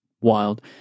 wild